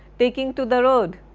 taking to the road,